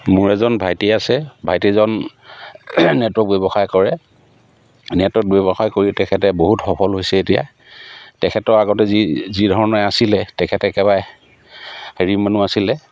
মোৰ এজন ভাইটি আছে ভাইটিজন নেটৱৰ্ক ব্যৱসায় কৰে নেটৱৰ্ক ব্যৱসায় কৰি তেখেতে বহুত সফল হৈছে এতিয়া তেখেতৰ আগতে যি যিধৰণে আছিলে তেখেতে একেবাৰে হেৰি মানুহ আছিলে